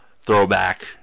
throwback